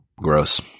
Gross